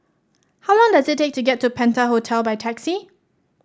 how long does it take to get to Penta Hotel by taxi